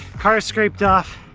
car's scraped off.